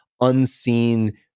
unseen